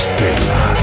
Stella